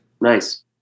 Nice